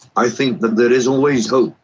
i think that there is always hope,